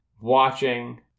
watching